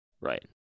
Right